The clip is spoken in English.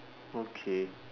okay